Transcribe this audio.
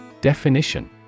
Definition